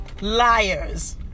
liars